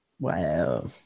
wow